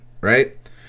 right